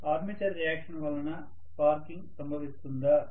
విద్యార్థి armature reaction వల్ల sparking సంభవిస్తుందా